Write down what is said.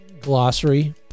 glossary